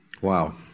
Wow